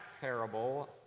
parable